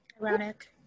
Ironic